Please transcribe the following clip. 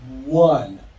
one